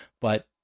but-